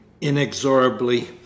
inexorably